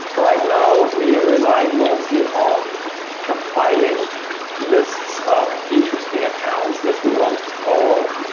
right now, we rely mostly on compiling lists of interesting accounts that we want to follow.